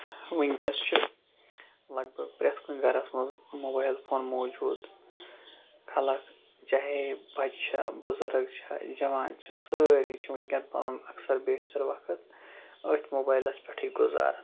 وٕنکیٚس چھُ لگ بگ پرٮ۪تھ کُنہِ گرَس منٛز موبایل فون موٗجوٗد خلق چاہے بَچہٕ چھِ بُزرٕگ چھِ جوان چھِ سٲری چھِ وٕنکیٚن پَنُن اَکثر بیشتر وقت أتھۍ موبایلَس پٮ۪ٹھٕے گُزاران